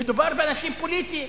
מדובר באנשים פוליטיים,